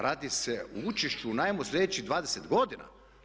Radi se o učešću u najmu slijedećih 20 godina.